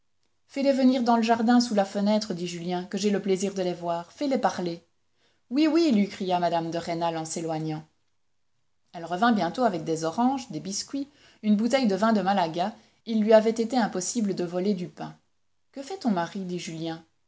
fais-les venir dans le jardin sous la fenêtre dit julien que j'aie le plaisir de les voir fais-les parler oui oui lui cria mme de rênal en s'éloignant elle revint bientôt avec des oranges des biscuits une bouteille de vin de malaga il lui avait été impossible de voler du pain que fait ton mari dit julien